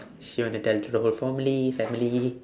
she went to tell to the whole formally family